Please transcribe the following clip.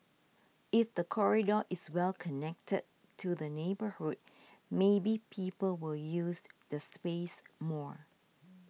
if the corridor is well connected to the neighbourhood maybe people will use the space more